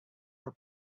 were